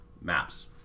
Maps